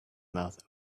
mouth